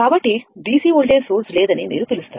కాబట్టి DC voltage source లేదని మీరు పిలుస్తారు